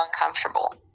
uncomfortable